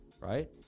right